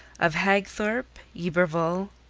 of hagthorpe, yberville,